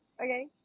Okay